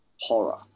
horror